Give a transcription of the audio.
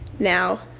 now,